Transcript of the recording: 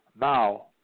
Now